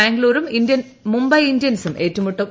ബാംഗ്ളൂരും മുംബൈ ഇന്ത്യൻസും ഏറ്റുമുട്ടും